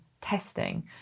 testing